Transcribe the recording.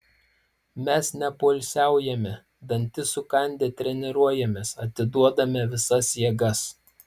mes nepoilsiaujame dantis sukandę treniruojamės atiduodame visas jėgas